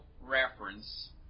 reference